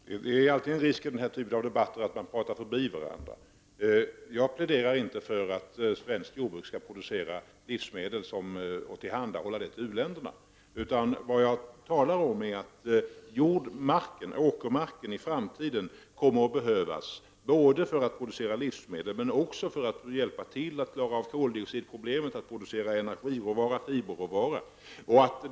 Herr talman! Det är alltid en risk vid den här typen av debatter att man pratar förbi varandra. Jag pläderar inte för att svenskt jordbruk skall producera och tillhandahålla u-länderna livsmedel. Det jag talar om är att åkermarken i framtiden kommer att behövas för att producera livsmedel, men också för att hjälpa till att klara av koldioxidproblemet, för att producera energiråvara och fiberråvara.